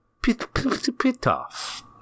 Pitoff